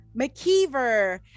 McKeever